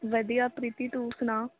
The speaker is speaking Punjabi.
ਵਧੀਆ ਪ੍ਰੀਤੀ ਤੂੰ ਸੁਣਾ